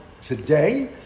today